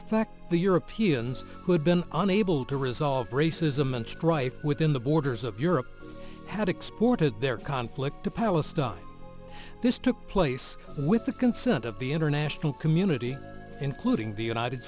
effect the europeans who had been unable to resolve racism and strife within the borders of europe had exported their conflict to palestine this took place with the consent of the international community including the united